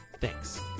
Thanks